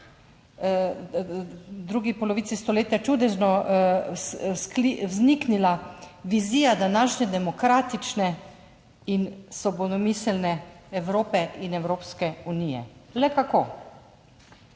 drugi polovici stoletja čudežno vzniknila vizija današnje demokratične in svobodomiselne Evrope in Evropske unije. Le kako?